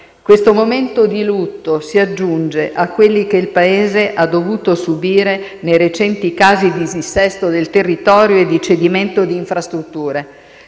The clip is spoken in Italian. Questo momento di lutto si aggiunge a quelli che il Paese ha dovuto subire nei recenti casi di dissesto del territorio e di cedimento di infrastrutture.